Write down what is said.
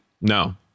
No